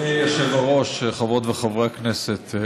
אדוני היושב-ראש, חברות וחברי הכנסת,